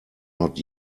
not